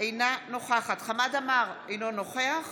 אינה נוכחת חמד עמאר, אינו נוכח